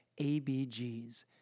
ABGs